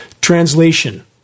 Translation